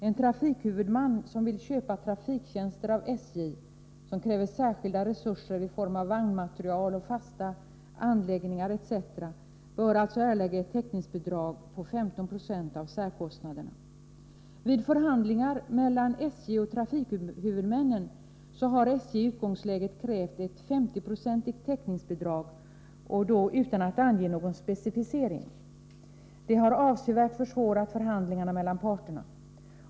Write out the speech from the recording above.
En trafikhuvudman som vill köpa trafiktjänster av SJ, vilka kräver särskilda resurser i form av vagnmaterial, fasta anläggningar etc., bör alltså erlägga ett täckningsbidrag på 15 70 av särkostnaderna. Vid förhandlingar mellan SJ och trafikhuvudmännen har SJ i utgångsläget krävt ett 50-procentigt täckningsbidrag, dock utan att ange någon specificering. Detta har avsevärt försvårat förhandlingarna mellan parterna.